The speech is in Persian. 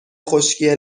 خشکی